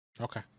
Okay